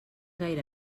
gaire